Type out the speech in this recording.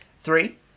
three